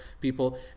people